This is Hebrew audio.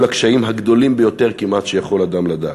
הקשיים הגדולים ביותר כמעט שיכול אדם לדעת.